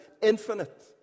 infinite